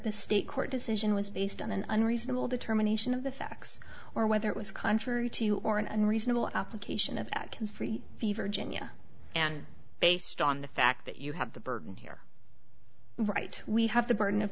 the state court decision was based on an unreasonable determination of the facts or whether it was contrary to you or an unreasonable application of the virginia and based on the fact that you have the burden here right we have the burden of